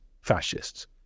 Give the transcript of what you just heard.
fascists